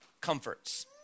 comforts